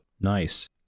Nice